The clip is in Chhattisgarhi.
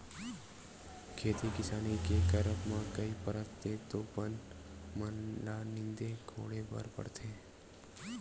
खेती किसानी के करब म कई परत ले तो बन मन ल नींदे कोड़े बर परथे